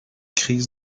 crise